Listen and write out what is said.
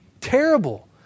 terrible